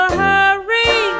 hurry